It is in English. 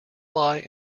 lie